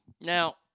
Now